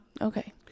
okay